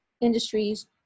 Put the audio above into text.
industries